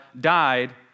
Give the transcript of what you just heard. died